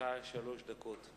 לרשותך שלוש דקות.